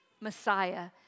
Messiah